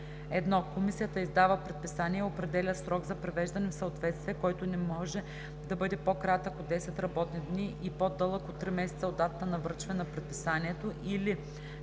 1. комисията издава предписание и определя срок за привеждане в съответствие, който не може да бъде по-кратък от 10 работни дни и по-дълъг от три месеца от датата на връчване на предписанието, или 2.